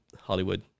Hollywood